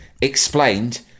explained